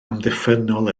amddiffynnol